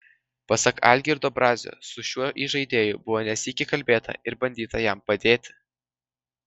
pasak algirdo brazio su šiuo įžaidėju buvo ne sykį kalbėta ir bandyta jam padėti